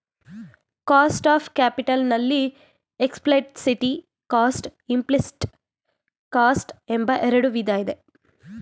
cost of capital ನಲ್ಲಿ explicit cost, implicit cost ಎಂಬ ಎರಡು ವಿಧ ಇದೆ